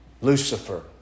Lucifer